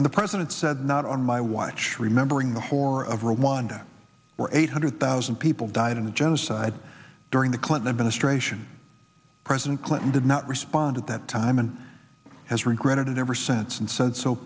and the president said not on my watch remembering the horror of rwanda were eight hundred thousand people died in the genocide during the clinton administration president clinton did not respond at that time and has regretted it ever since and said so